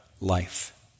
life